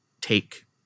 take